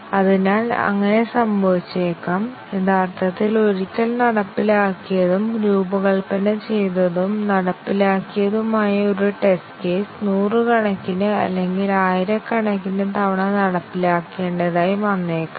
അതിനാൽ അങ്ങനെ സംഭവിച്ചേക്കാം യഥാർത്ഥത്തിൽ ഒരിക്കൽ നടപ്പിലാക്കിയതും രൂപകൽപ്പന ചെയ്തതും നടപ്പിലാക്കിയതുമായ ഒരു ടെസ്റ്റ് കേസ് നൂറുകണക്കിന് അല്ലെങ്കിൽ ആയിരക്കണക്കിന് തവണ നടപ്പിലാക്കേണ്ടതായി വന്നേക്കാം